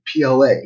PLA